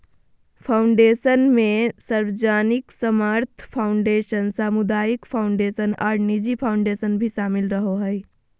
foundation मे सार्वजनिक धर्मार्थ फ़ाउंडेशन, सामुदायिक फ़ाउंडेशन आर निजी फ़ाउंडेशन भी शामिल रहो हय,